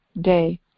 day